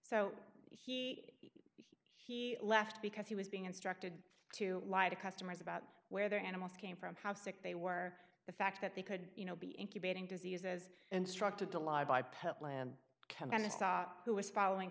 so he he left because he was being instructed to lie to customers about where their animals came from how sick they were the fact that they could you know be incubating disease as instructed to live by pet land chemist who was following